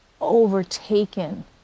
overtaken